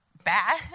bad